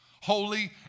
holy